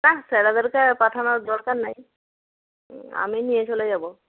না স্যারেদেরকে আর পাঠানোর দরকার নেই আমিই নিয়ে চলে যাব